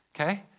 okay